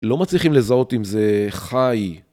לא מצליחים לזהות אם זה, חי